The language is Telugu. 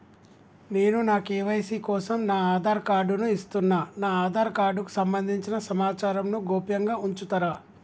నేను నా కే.వై.సీ కోసం నా ఆధార్ కార్డు ను ఇస్తున్నా నా ఆధార్ కార్డుకు సంబంధించిన సమాచారంను గోప్యంగా ఉంచుతరా?